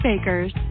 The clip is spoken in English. Bakers